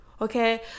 okay